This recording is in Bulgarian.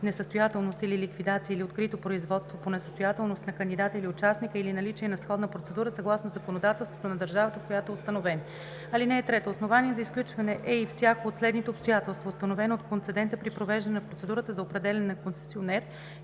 несъстоятелност или ликвидация, или открито производство по несъстоятелност на кандидата или участника, или наличие на сходна процедура съгласно законодателството на държавата, в която е установен. (3) Основание за изключване е и всяко от следните обстоятелства, установено от концедента при провеждане на процедурата за определяне на концесионер